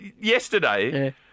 Yesterday